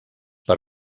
per